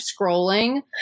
scrolling